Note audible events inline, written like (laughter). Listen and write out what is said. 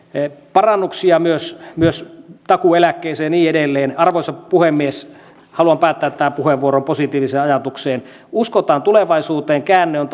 parannuksia myös myös takuueläkkeeseen ja niin edelleen arvoisa puhemies haluan päättää tämän puheenvuoron positiiviseen ajatukseen uskotaan tulevaisuuteen käänne on (unintelligible)